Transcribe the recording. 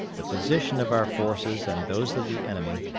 the position of our forces and those of the enemy,